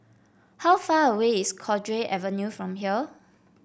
how far away is Cowdray Avenue from here